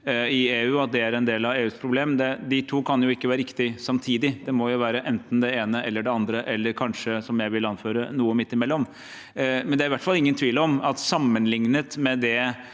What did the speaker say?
i EU, og at det er en del av EUs problem. De to kan jo ikke være riktig samtidig. Det må være enten det ene eller det andre – eller kanskje, som jeg vil anføre, noe midt imellom. Det er i hvert fall ingen tvil om at sammenlignet med det